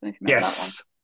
yes